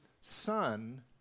son